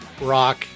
rock